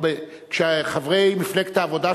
כשחברי מפלגת העבודה,